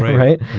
right? right,